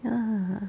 ya